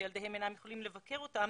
וילדיהם אינם יכולים לבקר אותם,